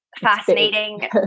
fascinating